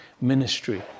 ministry